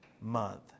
month